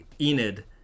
Enid